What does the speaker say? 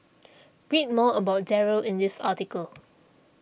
read more about Darryl in this article